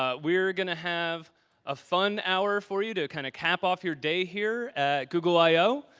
ah we're going to have a fun hour for you to kind of cap off your day here at google io.